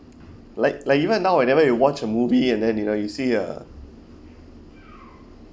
like like even now whenever you watch a movie and then you know you see uh